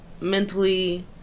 mentally